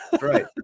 Right